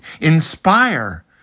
inspire